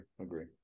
agree